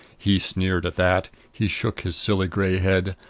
he sneered at that. he shook his silly gray head.